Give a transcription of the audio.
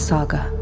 Saga